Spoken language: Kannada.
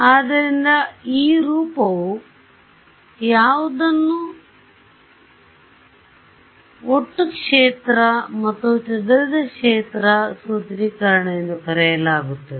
ಆದ್ದರಿಂದ ಆ ರೂಪ ಯಾವುದು ಅದನ್ನು ಒಟ್ಟು ಕ್ಷೇತ್ರ ಮತ್ತು ಚದುರಿದ ಕ್ಷೇತ್ರ ಸೂತ್ರೀಕರಣ ಎಂದು ಕರೆಯಲಾಗುತ್ತದೆ